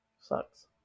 Sucks